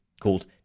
called